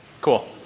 cool